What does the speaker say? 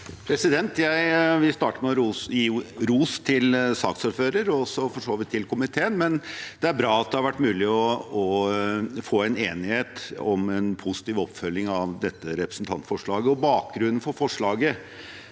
Jeg vil starte med å gi ros til saksordføreren – og for så vidt også til komiteen. Det er bra at det har vært mulig å få enighet om en positiv oppfølging av dette representantforslaget. Bakgrunnen for forslaget